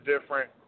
different